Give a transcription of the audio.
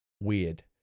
weird